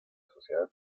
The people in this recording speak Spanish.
sociedad